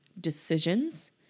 decisions